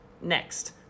next